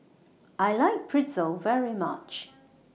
I like Pretzel very much